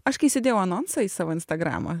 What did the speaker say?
aš kai įsidėjau anonsą į savo instagramą